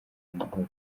amahoro